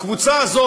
הקבוצה הזאת,